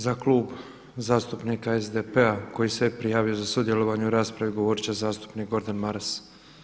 Za Klub zastupnika SDP-a koji se prijavio za sudjelovanje u raspravi govorit će zastupnik Gordan Maras.